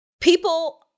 People